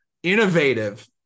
Innovative